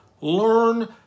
Learn